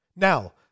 Now